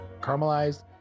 caramelized